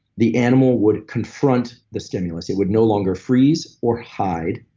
the animal would confront the stimulus. it would no longer freeze or hide,